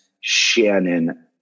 Shannon